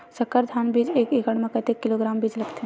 संकर धान बीज एक एकड़ म कतेक किलोग्राम बीज लगथे?